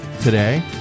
today